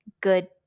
good